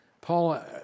Paul